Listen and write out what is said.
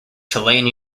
chilean